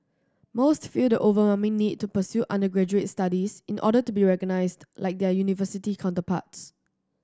most feel the overwhelming need to pursue undergraduate studies in order to be recognised like their university counterparts